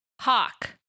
Hawk